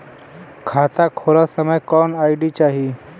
खाता खोलत समय कौन आई.डी चाही?